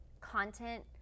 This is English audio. content